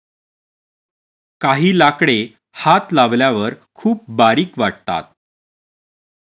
काही लाकडे हात लावल्यावर खूप बारीक वाटतात